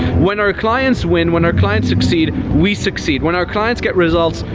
when our clients win, when our clients succeed, we succeed. when our clients get results,